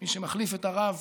מי שמחליף את הרב